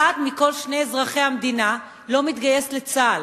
אחד מכל שני אזרחי המדינה לא מתגייס לצה"ל,